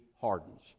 hardens